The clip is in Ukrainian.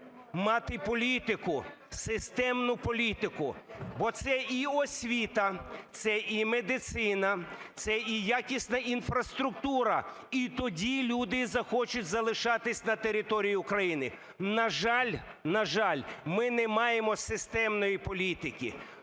мати політику, системну політику, бо це і освіта, це і медицина, це і якісна інфраструктура, і тоді люди захочуть залишатись на території України. На жаль, на жаль, ми не маємо системної політики.